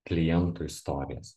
klientų istorijas